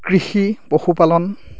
কৃষি পশুপালন